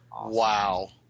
wow